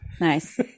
Nice